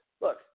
look